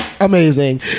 amazing